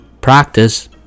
practice